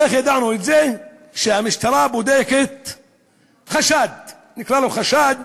איך ידענו את זה שהמשטרה בודקת חשד, נקרא לו חשד,